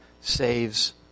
saves